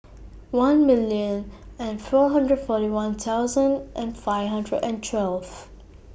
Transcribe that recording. one million and four hundred forty one thousand and five hundred and twelfth